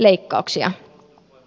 leikkauksia